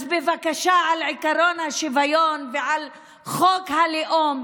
אז בבקשה על עקרון השוויון ועל חוק הלאום,